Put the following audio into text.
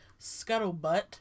scuttlebutt